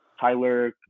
Tyler